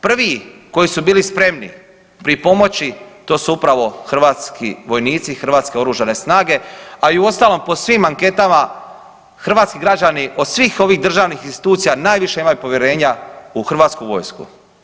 Prvi koji su bili spremni pripomoći to su upravo hrvatski vojnici, hrvatske Oružane snage, a i uostalom po svim anketama hrvatski građani od svih ovih državnih institucija najviše imaju povjerenja u hrvatsku vojsku.